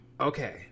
Okay